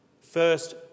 first